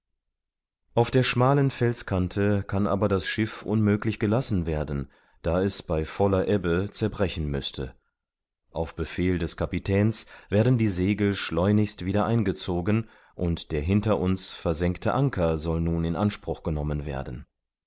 auf der schmalen felskante kann aber das schiff unmöglich gelassen werden da es bei voller ebbe zerbrechen müßte auf befehl des kapitäns werden die segel schleunigst wieder eingezogen und der hinter uns versenkte anker soll nun in anspruch genommen werden